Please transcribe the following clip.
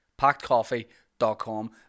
Packedcoffee.com